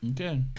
Okay